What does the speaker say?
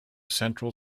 central